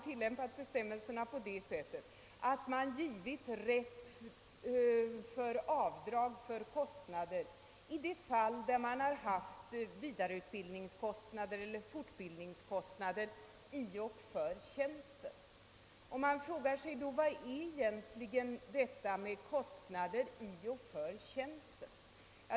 Gällande bestämmelser tilllämpas fortfarande så, att avdrag för kostnader medges när det gäller vidareutbildning eller fortbildning i och för tjänsten. Man frågar sig då: Vad är egentligen detta med utbildningskostnader i och för tjänsten?